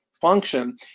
function